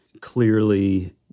clearly